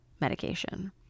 medication